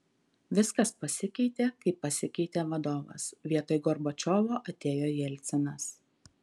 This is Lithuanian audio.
viskas pasikeitė kai pasikeitė vadovas vietoj gorbačiovo atėjo jelcinas